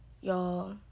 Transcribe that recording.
y'all